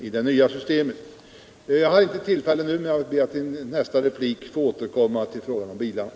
företagens utveck Jag har inte nu tillfälle att beröra bilfrågan, men jag återkommer i = ling, m.m. min nästa replik.